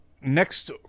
next